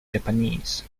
japanese